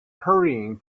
hurrying